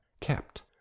kept